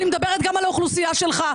אני מדברת גם על האוכלוסייה שלך,